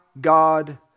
God